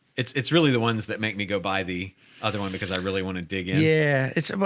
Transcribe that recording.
it's, it's really the ones that make me go buy the other one because i really want to dig in. yeah. it's, well,